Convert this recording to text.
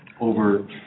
over